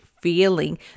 feeling